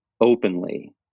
openly